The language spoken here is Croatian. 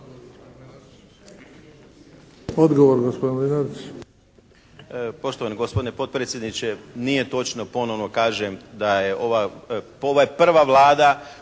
Odgovor, gospodin Mlinarić.